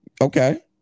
Okay